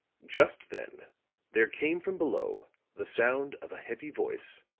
just then there came from below the sound of a heavy voice,